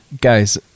Guys